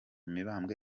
mibambwe